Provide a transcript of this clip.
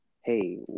hey